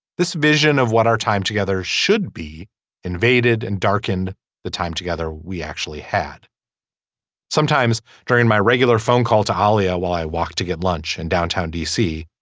this vision of what our time together should be invaded and darkened the time together we actually had sometimes during my regular phone call to holly while i walked to get lunch in downtown d c.